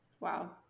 Wow